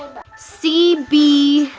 c b,